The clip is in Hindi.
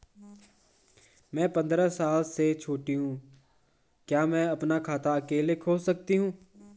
मैं पंद्रह साल से छोटी हूँ क्या मैं अपना खाता अकेला खोल सकती हूँ?